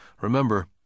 Remember